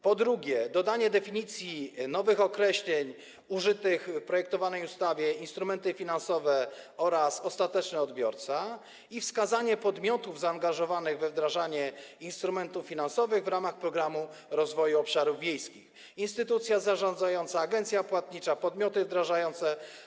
Po drugie, dodaje definicje nowych określeń użytych w projektowanej ustawie: „instrumenty finansowe” oraz „ostateczny odbiorca” i wskazuje podmioty zaangażowane we wdrażanie instrumentów finansowych w ramach Programu Rozwoju Obszarów Wiejskich - instytucję zarządzającą, agencję płatniczą, podmioty wdrażające.